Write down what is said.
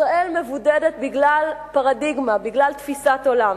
ישראל מבודדת בגלל פרדיגמה, בגלל תפיסת עולם,